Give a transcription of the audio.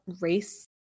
race